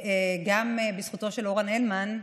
שגם בזכותו של אורן הלמן,